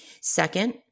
Second